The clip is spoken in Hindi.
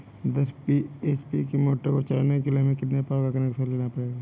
दस एच.पी की मोटर को चलाने के लिए हमें कितने पावर का कनेक्शन लेना पड़ेगा?